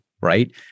right